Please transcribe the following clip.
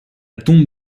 tombe